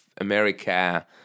America